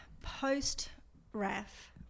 post-RAF